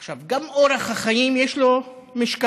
עכשיו, גם אורח החיים, יש לו משקל.